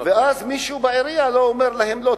אז מישהו בעירייה אומר להם: לא,